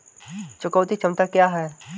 चुकौती क्षमता क्या है?